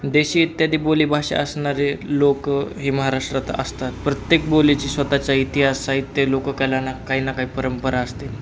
देशी इत्यादी बोलीभाषा असणारे लोकं हे महाराष्ट्रात असतात प्रत्येक बोलीची स्वतःचा इतिहास साहित्य लोक कलाना काही ना काही परंपरा असतील